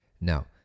No